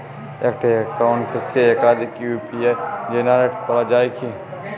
একটি অ্যাকাউন্ট থেকে একাধিক ইউ.পি.আই জেনারেট করা যায় কি?